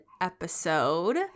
episode